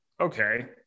okay